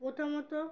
প্রথমত